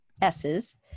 S's